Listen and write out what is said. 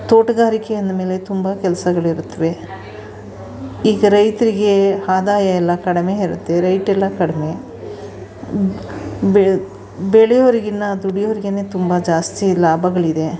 ತೋಟಗಾರಿಕೆ ಅಂದಮೇಲೆ ತುಂಬ ಕೆಲ್ಸಗಳಿರುತ್ವೆ ಈಗ ರೈತರಿಗೆ ಆದಾಯ ಎಲ್ಲ ಕಡಿಮೆ ಇರುತ್ತೆ ರೇಟ್ ಎಲ್ಲ ಕಡಿಮೆ ಬೆಳೆಯೋರಿಗಿನ್ನ ದುಡಿಯೋರ್ಗೇ ತುಂಬ ಜಾಸ್ತಿ ಲಾಭಗಳಿದೆ